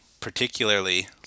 particularly